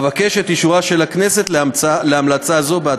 אבקש את אישורה של הכנסת להמלצה זאת.